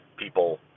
people